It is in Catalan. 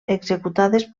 executades